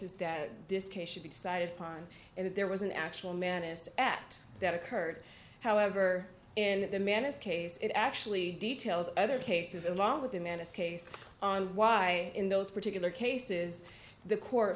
that this case should be decided upon and that there was an actual mannus at that occurred however and the man is case it actually details other cases along with him in this case why in those particular cases the co